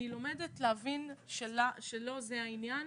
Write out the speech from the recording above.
אני לומדת להבין שלא זה העניין